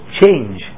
change